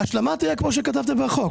ההשלמה תהיה כמו שכתבת בחוק.